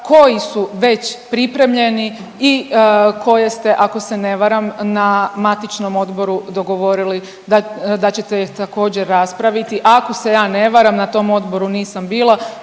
koji su već pripremljeni i koje ste, ako se ne varam, na matičnom odboru dogovorili da ćete također, raspraviti, ako se ja ne varam, na tom odboru nisam bila,